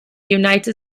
united